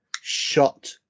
shot